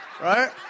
Right